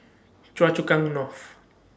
Choa Chu Kang North